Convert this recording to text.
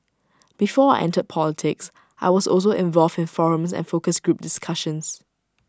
before entered politics I was also involved in forums and focus group discussions